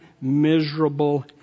miserable